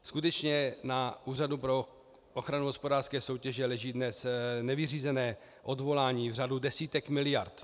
Skutečně na Úřadu pro ochranu hospodářské soutěže leží dnes nevyřízená odvolání v řádu desítek miliard.